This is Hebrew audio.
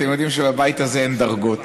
אתם יודעים שבבית הזה אין דרגות.